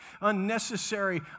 unnecessary